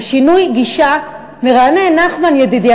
זה שינוי גישה מרענן, נחמן ידידי.